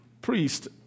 priest